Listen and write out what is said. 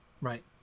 right